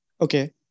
Okay